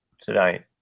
tonight